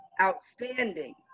outstanding